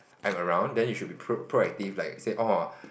I'm around then you should be pro proactive like say orh